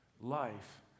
life